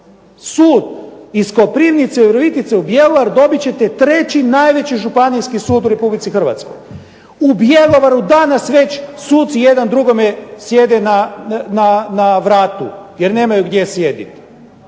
sud iz Koprivnice i Virovitice u Bjelovar dobit ćete treći najveći županijski sud u Republici Hrvatskoj. U Bjelovaru danas već suci jedan drugome sjede na vratu, jer nemaju gdje sjediti.